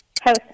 House